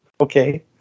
Okay